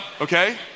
okay